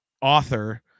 author